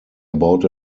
about